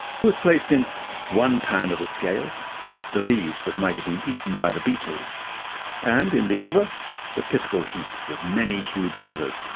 who has placed in one pan of the scales the leaves that might have been eaten by beetles and in the other the pitiful heaps of many-hewed feathers,